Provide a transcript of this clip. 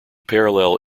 parallel